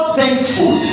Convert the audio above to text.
thankful